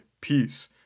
peace